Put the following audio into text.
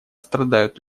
страдают